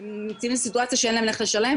הם נמצאים בסיטואציה שאין להם איך לשלם,